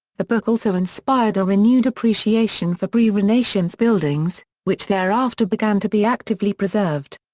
the book also inspired a renewed appreciation for pre-renaissance buildings, which thereafter began to be actively preserved.